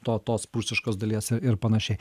to tos prūsiškos dalies i ir panašiai